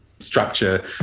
structure